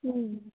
ಹ್ಞೂ